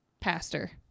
pastor